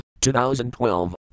2012